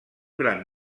gran